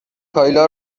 کایلا